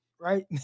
right